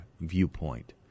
viewpoint